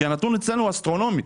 כי הנתון אצלנו הוא אסטרונומי.